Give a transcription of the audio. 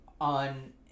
on